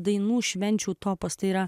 dainų švenčių topas tai yra